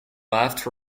left